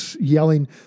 yelling